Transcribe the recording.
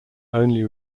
only